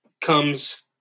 comes